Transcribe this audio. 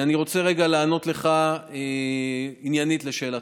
אני רוצה רגע לענות לך עניינית על שאלתך.